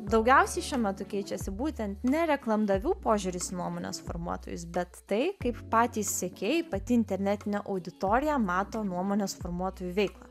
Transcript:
daugiausiai šiuo metu keičiasi būtent ne reklamdavių požiūris į nuomonės formuotojus bet tai kaip patys sekėjai pati internetinė auditorija mato nuomonės formuotojų veiklą